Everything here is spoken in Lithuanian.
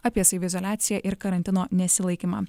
apie saviizoliaciją ir karantino nesilaikymą